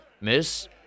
miss